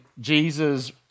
Jesus